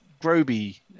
groby